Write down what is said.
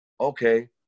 okay